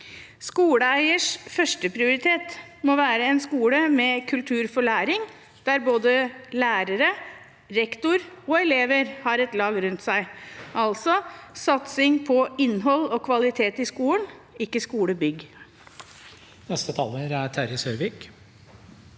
Skoleeiers førsteprioritet må være en skole med kultur for læring, der både lærere, rektor og elever har et lag rundt seg – altså satsing på innhold og kvalitet i skolen, ikke skolebygg.